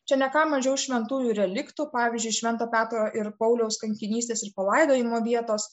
čia ne ką mažiau šventųjų reliktų pavyzdžiui švento petro ir pauliaus kankinystės ir palaidojimo vietos